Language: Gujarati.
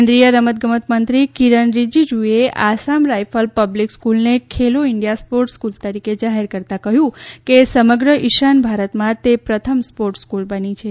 કેન્દ્રિય રમત ગમત મંત્રી કિરણ રિજીજુએ આસામ રાયફલ પબ્લિક સ્કૂલને ખેલો ઇન્ડિયા સ્પોર્ટ્સ સ્કૂલ તરીકે જાહેર કરતાં કહ્યું કે સમગ્ર ઇશાન ભારતમાં તે પ્રથમ સ્પોર્ટ્સ સ્ક્રલ બની છે